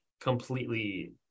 completely